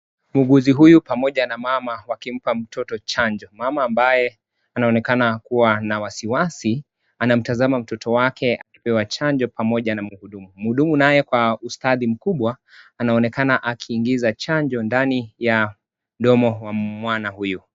Muuguzi huyu pamoja na mama wakimpa mtoto chanjo, mama ambaye anonekana kuwa na wasiwasi anamtazama mtoto wake akipewa chanjo pamoja na mhudumu. Mhudumu naye kwa ustadi mkubwa anaonekana akiingiza chanjo ndani ya mdomo wa mwana huyu.